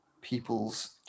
people's